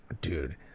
Dude